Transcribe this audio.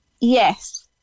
yes